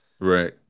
Right